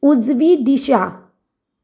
उजवी दिशा